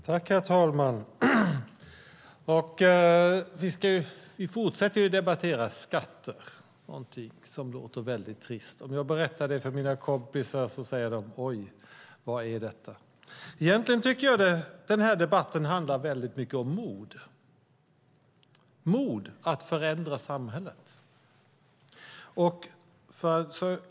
Herr talman! Vi fortsätter att debattera skatter. Det är något som låter trist. Om jag berättar detta för mina kompisar säger de: Oj, vad är detta? Egentligen handlar denna debatt om mod. Den handlar om modet att förändra samhället.